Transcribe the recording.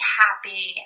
happy